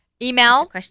Email